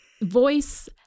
voice